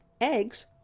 eggs